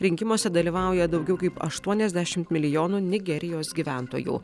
rinkimuose dalyvauja daugiau kaip aštuoniasdešimt milijonų nigerijos gyventojų